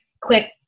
quick